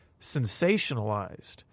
sensationalized